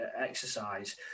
exercise